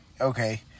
Okay